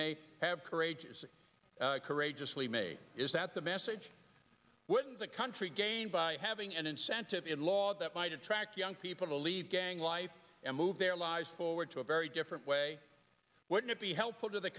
may have courageously courageously made is that the message within the country gained by having an incentive in law that might attract young people to leave gang life and move their lives forward to a very different way wouldn't it be helpful to the